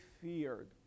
feared